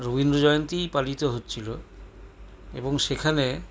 রবীন্দ্র জয়ন্তীই পালিত হচ্ছিল এবং সেখানে